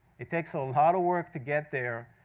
it takes a lot of work to get there.